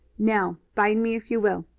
now bind me if you will,